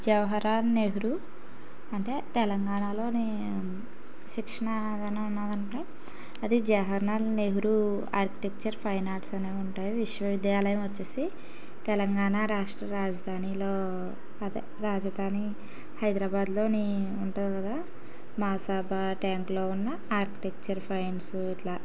జవహర్ లాల్ నెహ్రూ అంటే తెలంగాణలోని శిక్షణ ఏదైనా ఉందంటే అది Jawaharlal Nehru architecture fine arts అనేవి ఉంటాయి విశ్వవిద్యాలయం వచ్చేసి తెలంగాణ రాష్ట్ర రాజధానీలో అదే రాజధాని హైదరాబాదులోని ఉంతుంది కదా మాసబ్ ట్యాంక్లో ఉన్న ఆర్కిటెక్చర్ ఫైన్ ఇట్లా